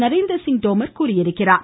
நரேந்திரசிங் தோமர் தெரிவித்துள்ளார்